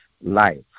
life